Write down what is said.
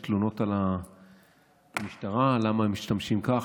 בהם תלונות על המשטרה: למה הם משתמשים כך,